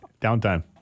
downtime